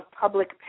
public